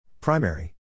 Primary